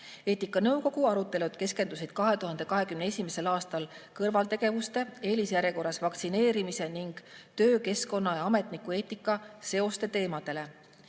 Eetikanõukogu arutelud keskendusid 2021. aastal kõrvaltegevuste, eelisjärjekorras vaktsineerimise ning töökeskkonna ja ametnikueetika seoste teemadele.